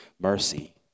mercy